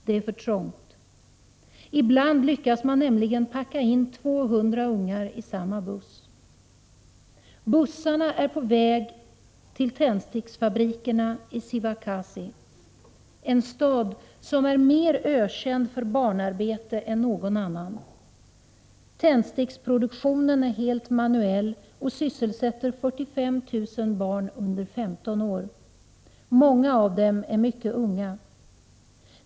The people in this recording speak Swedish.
Det är för trångt. Ibland lyckas man nämligen packa in 200 ungar i samma buss. Bussarna är på väg till tändsticksfabrikerna i Sivakasi — en stad som är mer ökänd för barnarbete än någon annan. Tändsticksproduktionen är helt manuell och sysselsätter 45 000 barn under 15 år. Många av dem är mycket unga.